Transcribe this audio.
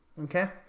okay